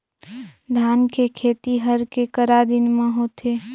धान के खेती हर के करा दिन म होथे?